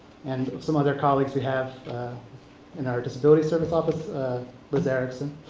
and some other colleagues we have in our disability service office liz erickson.